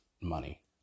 money